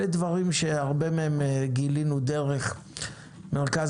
אלה דברים שהרבה מהם גילינו דרך מרכז